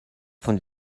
von